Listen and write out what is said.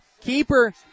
keeper